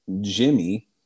Jimmy